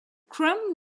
crumb